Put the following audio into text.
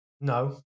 no